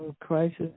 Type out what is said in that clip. crisis